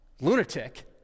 lunatic